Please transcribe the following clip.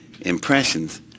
impressions